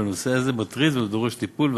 והנושא הזה מטריד ודורש טיפול.